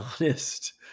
honest